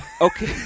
Okay